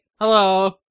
Hello